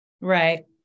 right